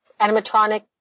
animatronic